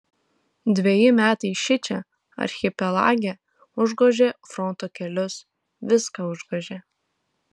dveji metai šičia archipelage užgožė fronto kelius viską užgožė